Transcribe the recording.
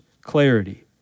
clarity